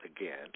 again